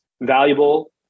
valuable